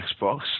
Xbox